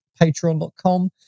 patreon.com